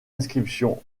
inscription